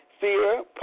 fear